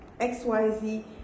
XYZ